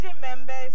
members